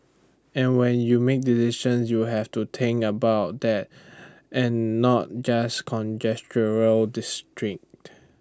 and when you make decisions you have to think about that and not just district